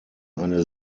eine